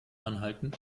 anhalten